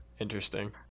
interesting